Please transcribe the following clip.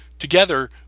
Together